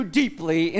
deeply